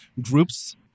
groups